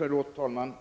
Herr talman!